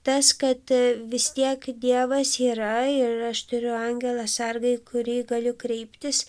tas kad vis tiek dievas yra ir aš turiu angelą sargą į kurį galiu kreiptis